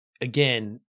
again